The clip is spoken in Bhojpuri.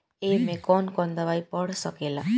ए में कौन कौन दवाई पढ़ सके ला?